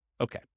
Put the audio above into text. Okay